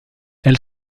elle